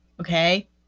Okay